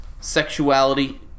sexuality